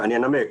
אנמק.